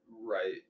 Right